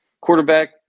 Quarterback